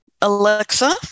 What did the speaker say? Alexa